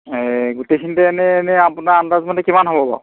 এই গোটেইখিনিতে এনে এনেই আপোনাৰ আন্দাজ মতে কিমান হ'ব বাৰু